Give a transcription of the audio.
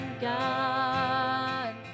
God